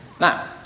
Now